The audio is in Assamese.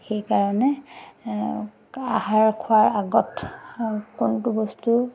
সেইকাৰণে আহাৰ খোৱাৰ আগত কোনটো বস্তু